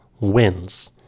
wins